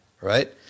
right